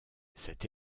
cette